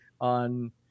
on